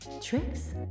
tricks